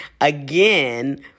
again